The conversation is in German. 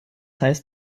heißt